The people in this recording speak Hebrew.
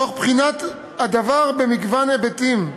תוך בחינת הדבר במגוון היבטים,